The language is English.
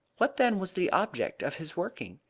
what, then, was the object of his working?